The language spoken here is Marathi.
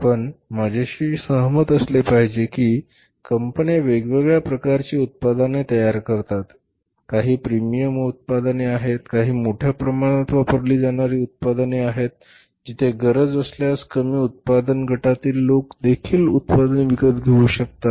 आपण माझ्याशी सहमत असले पाहिजे की कंपन्या वेगवेगळ्या प्रकारची उत्पादने तयार करतात काही प्रीमियम उत्पादने आहेत काही मोठ्या प्रमाणात वापरली जाणारी उत्पादने आहेत जिथे गरज असल्यास कमी उत्पन्न गटातील लोक देखील उत्पादन विकत घेऊ शकतात